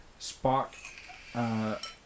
Spock